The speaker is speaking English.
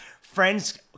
friends